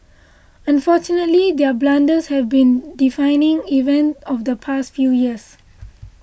unfortunately their blunders have been defining event of the past few years